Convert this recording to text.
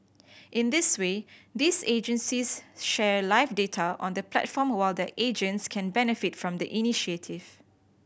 in this way these agencies share live data on the platform while their agents can benefit from the initiative